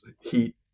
heat